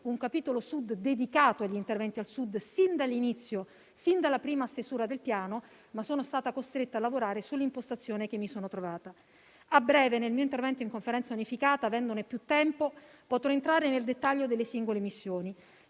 un capitolo Sud, dedicato agli interventi al Sud, sin dall'inizio, sin dalla prima stesura del Piano, ma sono stata costretta a lavorare sull'impostazione che mi sono trovata. A breve, nel mio intervento in Conferenza unificata, avendo più tempo potrò entrare nel dettaglio delle singole missioni.